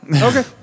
Okay